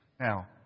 Now